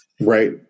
Right